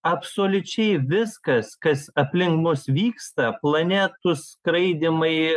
absoliučiai viskas kas aplink mus vyksta planetų skraidymai